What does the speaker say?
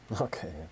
Okay